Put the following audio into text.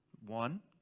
One